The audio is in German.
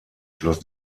schloss